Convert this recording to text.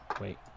Wait